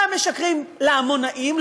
פעם משקרים לעמונאים,